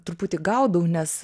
truputį gaudau nes